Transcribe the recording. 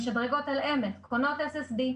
קונות SSD,